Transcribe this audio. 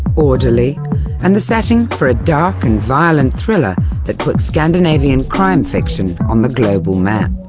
orderly and the setting for a dark and violent thriller that put scandinavian crime fiction on the global map.